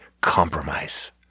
compromise